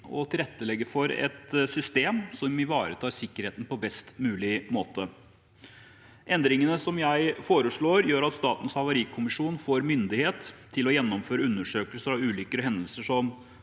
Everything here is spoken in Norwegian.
å tilrettelegge for et system som ivaretar sikkerheten på best mulig måte. Endringene som jeg foreslår, gjør at Statens havarikommisjon får myndighet til å gjennomføre undersøkelser av ulykker og hendelser som